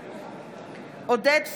בעד עודד פורר,